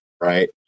Right